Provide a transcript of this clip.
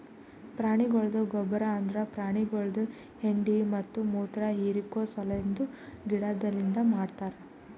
ಪ್ರಾಣಿಗೊಳ್ದ ಗೊಬ್ಬರ್ ಅಂದುರ್ ಪ್ರಾಣಿಗೊಳ್ದು ಹೆಂಡಿ ಮತ್ತ ಮುತ್ರ ಹಿರಿಕೋ ಸಲೆಂದ್ ಗಿಡದಲಿಂತ್ ಮಾಡ್ತಾರ್